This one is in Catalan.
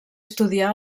estudià